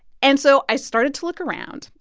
and so i started to look around,